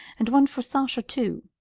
and one for sasha too.